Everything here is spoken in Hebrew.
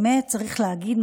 צריך להגיד,